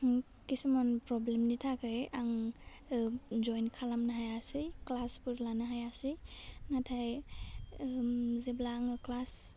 उम खिसुमान फ्रब्लेमनि थाखै आं ओह जयेन खालामनो हायासै ख्लासफोर लानो हायासै नाथाइ उम जेब्ला आङो ख्लास